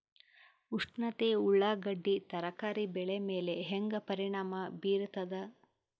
ಉಷ್ಣತೆ ಉಳ್ಳಾಗಡ್ಡಿ ತರಕಾರಿ ಬೆಳೆ ಮೇಲೆ ಹೇಂಗ ಪರಿಣಾಮ ಬೀರತದ?